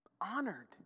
honored